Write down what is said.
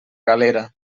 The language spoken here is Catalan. galera